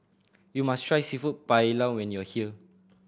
you must try Seafood Paella when you are here